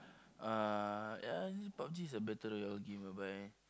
uh ya this Pub-G is battle royale game whereby